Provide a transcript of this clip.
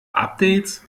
updates